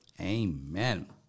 amen